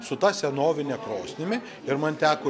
su ta senovine krosnimi ir man teko